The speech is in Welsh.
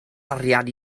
arian